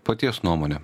paties nuomone